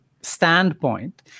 standpoint